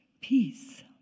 Peace